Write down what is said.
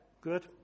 good